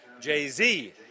Jay-Z